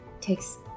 takes